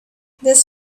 this